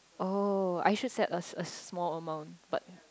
oh I should set a a small amount but